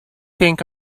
think